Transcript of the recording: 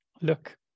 look